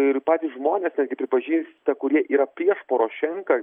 ir patys žmonės netgi pripažįsta kurie yra prieš porošenką